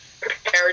prepared